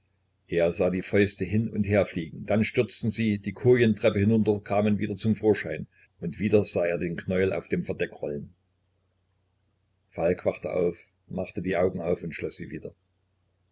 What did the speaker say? er sah die fäuste hin und herfliegen dann stürzten sie die kojentreppe hinunter kamen wieder zum vorschein und wieder sah er den knäuel auf dem verdecke rollen falk wachte auf machte die augen auf und schloß sie wieder